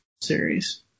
Series